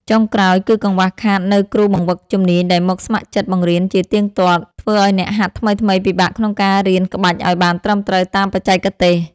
ចុងក្រោយ គឺកង្វះខាតនូវគ្រូបង្វឹកជំនាញដែលមកស្ម័គ្រចិត្តបង្រៀនជាទៀងទាត់ ធ្វើឱ្យអ្នកហាត់ថ្មីៗពិបាកក្នុងការរៀនក្បាច់ឱ្យបានត្រឹមត្រូវតាមបច្ចេកទេស។